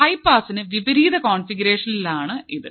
law പാസിന് വിപരീത കോൺഫിഗറേഷനിലാണ് ഇത്